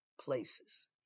places